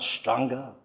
stronger